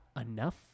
enough